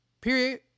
Period